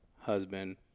husband